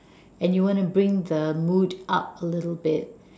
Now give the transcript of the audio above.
and you want to bring the mood up a little bit